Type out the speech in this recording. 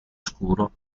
scuro